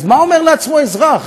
אז, מה אומר לעצמו האזרח?